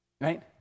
right